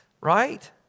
right